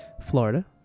Florida